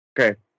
Okay